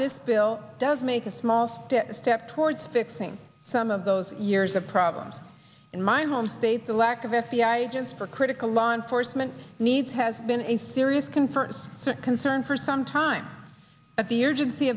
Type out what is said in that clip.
this bill does make a small step a step towards fixing some of those years of problems in my home state the lack of f b i agents for critical law enforcement needs has been a serious confers concern for some time but the urgency